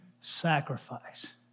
sacrifice